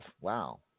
Wow